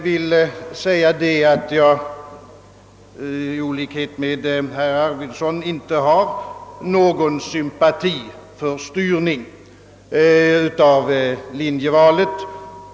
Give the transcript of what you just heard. Till skillnad från herr Arvidson hyser jag inte någon sympati för styrning av linjevalet.